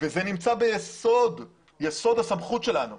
וזה נמצא ביסוד הסמכות שלנו.